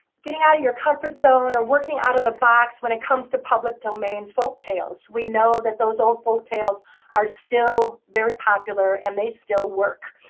getting out of your comfort zone, or working out of the box when it comes to public domain folk tales. we know that those old folk tales are still very popular. and they still work.